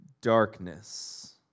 darkness